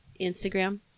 Instagram